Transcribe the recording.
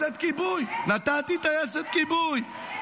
נתתי טייסת כיבוי.